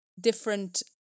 different